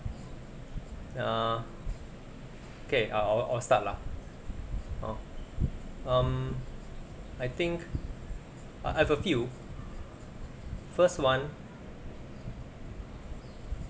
err k err I'll I'll start lah hor um I think I have a few first [one]